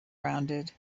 rounded